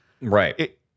right